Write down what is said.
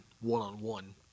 one-on-one